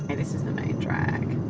and this is the main drag,